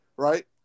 Right